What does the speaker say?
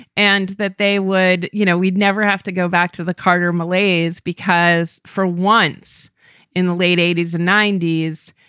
and that they would you know, we'd never have to go back to the carter malaise, because for once in the late eighty s and ninety s,